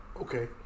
Okay